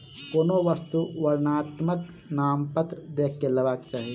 कोनो वस्तु वर्णनात्मक नामपत्र देख के लेबाक चाही